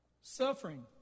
Suffering